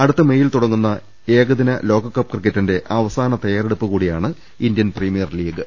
അടുത്ത മെയിൽ തുടങ്ങുന്ന ഏകദിന ലോകകപ്പ് ക്രിക്കറ്റിന്റെ അവസാന തയ്യാറെ ടുപ്പ് കൂടിയാണ് ഇന്ത്യൻ പ്രീമിയർ ലീഗ്